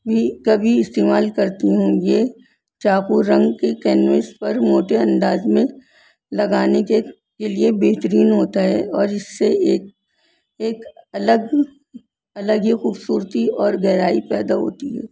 بھی کبھی استعمال کرتی ہوں یہ چاقو رنگ کے کینویس پر موٹے انداز میں لگانے کے کے لیے بہترین ہوتا ہے اور اس سے ایک ایک الگ الگ ہی خوبصورتی اور گہرائی پیدا ہوتی ہے